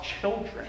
children